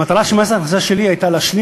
המטרה של מס הכנסה שלילי הייתה להשלים